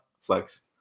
Flex